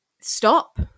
Stop